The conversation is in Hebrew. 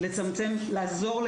הם ביקשו הדרכה לאיך להתמודד מול